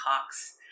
Cox